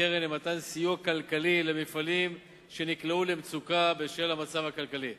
בקרן למתן סיוע כלכלי למפעלים שנקלעו למצוקה בשל המצב הכלכלי.